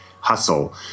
hustle